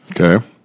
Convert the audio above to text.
Okay